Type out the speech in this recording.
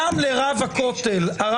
גם לרב רבינוביץ',